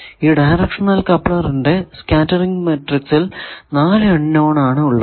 ഈ ഡയറക്ഷണൽ കപ്ലറിന്റെ സ്കേറ്ററിങ് മാട്രിക്സിൽ 4 അൺ നോൺ ആണ് ഉള്ളത്